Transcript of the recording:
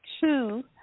two